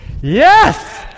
Yes